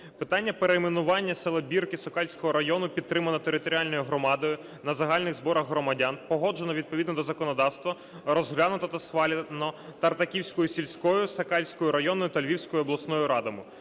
Питання перейменування села Бірки Сокальського району підтримано територіальною громадою на загальних зборах громадян, погоджено відповідно до законодавства, розглянуто та схвалено Тартаківською сільською, Сокальською районною та Львівською обласною радами.